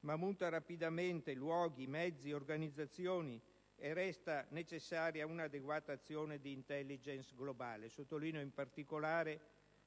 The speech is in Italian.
ma muta rapidamente luoghi, mezzi, organizzazioni. È anche indispensabile una adeguata azione di *intelligence* globale, e sottolineo in particolare